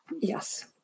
Yes